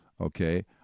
okay